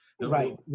Right